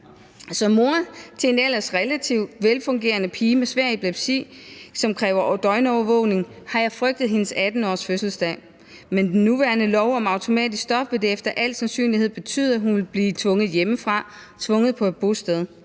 Som mor til en ellers relativt velfungerende pige med svær epilepsi, som kræver døgnovervågning, har jeg frygtet hendes 18-årsfødselsdag. Med den nuværende lov om automatisk stop vil det efter al sandsynlighed betyde, at hun vil blive tvunget hjemmefra, tvunget på et bosted.